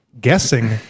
guessing